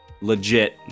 legit